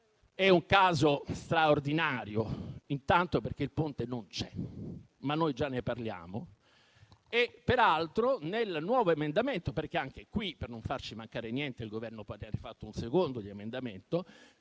è un caso straordinario: intanto, perché il Ponte non c'è, ma noi già ne parliamo. Peraltro, vi è un nuovo emendamento. Anche qui, per non farci mancare niente, il Governo ha presentato un secondo emendamento,